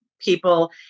people